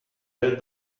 heard